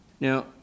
Now